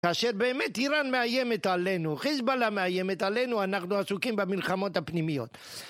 כאשר באמת איראן מאיימת עלינו, חיזבאללה מאיימת עלינו, אנחנו עסוקים במלחמות הפנימיות.